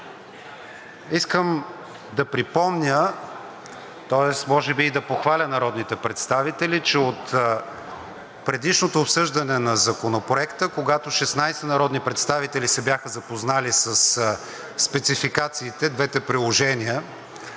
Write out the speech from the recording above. Искам да припомня, тоест може би и да похваля народните представители, че от предишното обсъждане на Законопроекта, когато 16 народни представители се бяха запознали със спецификациите – двете приложения,